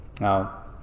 Now